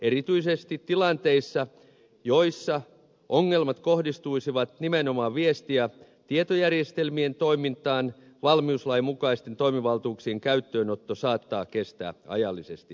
erityisesti tilanteissa joissa ongelmat kohdistuisivat nimenomaan viesti ja tietojärjestelmien toimintaan valmiuslain mukaisten toimivaltuuksien käyttöönotto saattaa kestää ajallisesti liian pitkään